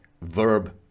verb